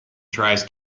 tries